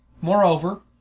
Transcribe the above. moreover